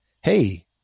hey